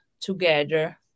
together